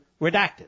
redacted